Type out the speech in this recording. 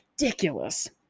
Ridiculous